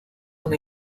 una